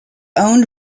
owned